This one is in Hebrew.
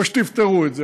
או שתפתרו את זה,